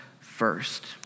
first